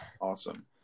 Awesome